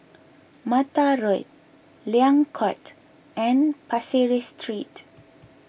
Mata Road Liang Court and Pasir Ris Street